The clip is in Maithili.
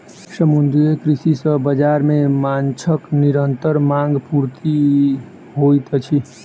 समुद्रीय कृषि सॅ बाजार मे माँछक निरंतर मांग पूर्ति होइत अछि